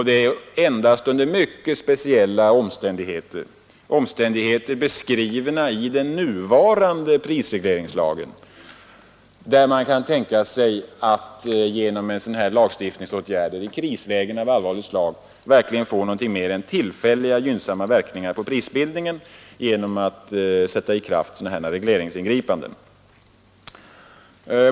Det är endast under mycket speciella omständigheter, omständigheter beskrivna i den nuvarande prisregleringslagen — i krislägen av allvarligt slag — som man genom lagstiftningsåtgärder kan få till stånd annat än tillfälligt gynnsamma verkningar på prisbildningen genom att göra regleringsingripanden.